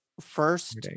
first